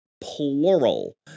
plural